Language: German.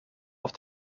auf